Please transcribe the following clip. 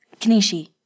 Kanishi